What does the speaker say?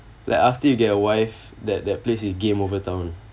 like after you get a wife that that place is game over town